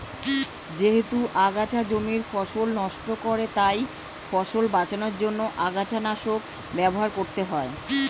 যেহেতু আগাছা জমির ফসল নষ্ট করে তাই ফসল বাঁচানোর জন্য আগাছানাশক ব্যবহার করতে হয়